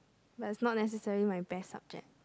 but is not necessary my best subject